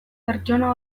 pertsona